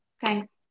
Thanks